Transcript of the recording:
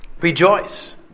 Rejoice